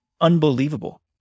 unbelievable